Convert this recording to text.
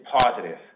positive